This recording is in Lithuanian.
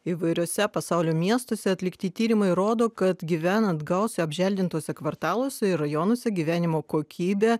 įvairiuose pasaulio miestuose atlikti tyrimai rodo kad gyvenant gausiai apželdintuose kvartaluose ir rajonuose gyvenimo kokybė